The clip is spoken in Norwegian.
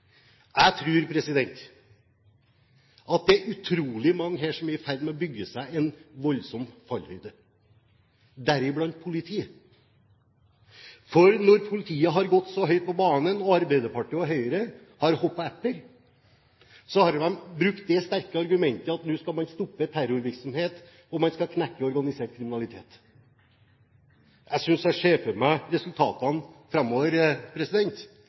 Jeg tror at det er utrolig mange her som er i ferd med å bygge seg en voldsom fallhøyde, deriblant politiet, for når politiet har gått så høyt på banen og Arbeiderpartiet og Høyre har hoppet etter, har de brukt det sterke argumentet at nå skal man stoppe terrorvirksomhet og knekke organisert kriminalitet. Jeg synes jeg ser for meg resultatene framover